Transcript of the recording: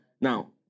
Now